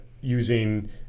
using